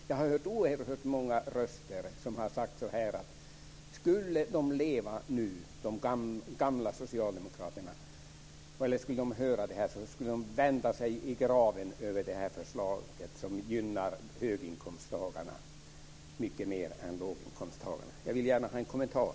Jag har hört oerhört många röster som har sagt att om de gamla socialdemokraterna fick höra om detta förslag som gynnar höginkomsttagarna mer än låginkomsttagarna skulle de vända sig i gravarna. Jag vill gärna höra en kommentar.